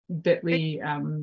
bit.ly